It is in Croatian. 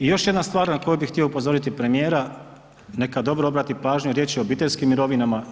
I još jedna stvar na koju bih htio upozoriti premijera, neka dobro obrati pažnju, riječ je o obiteljskim mirovinama.